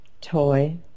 toy